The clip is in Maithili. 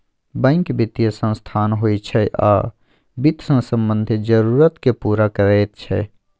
बैंक बित्तीय संस्थान होइ छै आ बित्त सँ संबंधित जरुरत केँ पुरा करैत छै